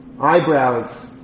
eyebrows